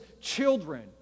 children